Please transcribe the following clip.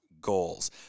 goals